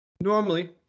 Normally